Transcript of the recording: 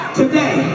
today